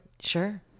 Sure